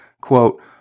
quote